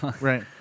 right